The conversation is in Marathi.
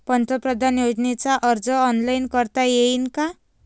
पंतप्रधान योजनेचा अर्ज ऑनलाईन करता येईन का?